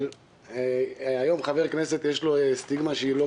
אבל היום לחבר כנסת יש סטיגמה שהיא לא